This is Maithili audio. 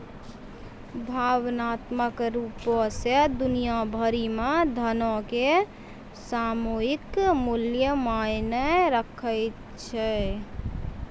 भावनात्मक रुपो से दुनिया भरि मे धनो के सामयिक मूल्य मायने राखै छै